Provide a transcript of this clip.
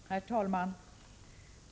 Herr talman!